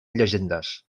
llegendes